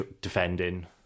defending